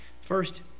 First